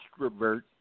extrovert